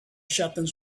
chieftains